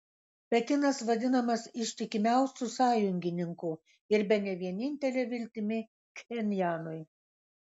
pekinas vadinamas ištikimiausiu sąjungininku ir bene vienintele viltimi pchenjanui